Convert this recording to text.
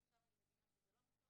עכשיו אני מבינה שזה לא מתואם.